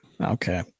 Okay